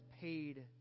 paid